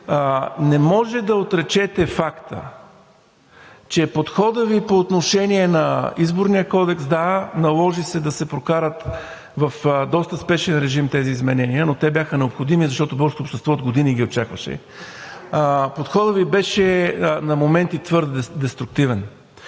Не може да отречете факта, че подходът Ви по отношение на Изборния кодекс – да, наложи се да се прокарат в доста спешен режим тези изменения, но те бяха необходими, защото българското общество от години ги очакваше. Подходът Ви беше на моменти твърде деструктивен.